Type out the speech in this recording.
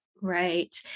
Right